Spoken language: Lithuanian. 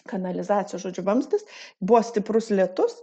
kanalizacijos žodžiu vamzdis buvo stiprus lietus